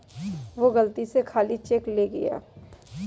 वो गलती से खाली चेक ले गया